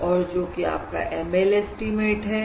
और जो कि आपका ML एस्टीमेट है